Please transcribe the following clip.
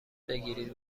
بگیرید